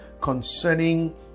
concerning